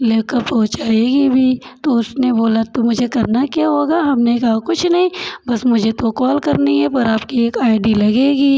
लेकर पहुंचाएगी भी तो उसने बोला तो मुझे करना क्या होगा हमने कहा कुछ नहीं बस मुझे आपको कॉल करनी है पर आपकी एक आई डी लगेगी